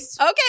okay